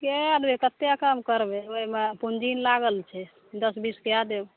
कए दबै कतेक कम करबै ओहिमे पूँजी लागल छै दस बीस कए देब